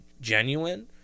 genuine